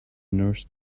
nurse